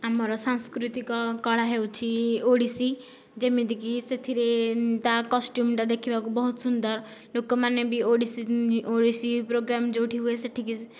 ଆମର ସାଂସ୍କୃତିକ କଳା ହେଉଛି ଓଡ଼ିଶୀ ଯେମିତିକି ସେଥିରେ ତା କଷ୍ଟ୍ୟୁମଟା ଦେଖିବାକୁ ବହୁତ ସୁନ୍ଦର ଲୋକମାନେ ବି ଓଡ଼ିଶୀ ଓଡ଼ିଶୀ ପ୍ରୋଗ୍ରାମ ଯେଉଁଠି ହୁଏ ସେଠିକି